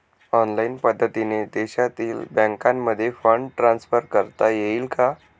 Online पद्धतीने देशातील बँकांमध्ये फंड ट्रान्सफर करता येईल का?